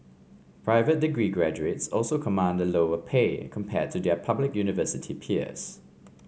private degree graduates also command a lower pay compared to their public university peers